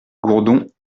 gourdon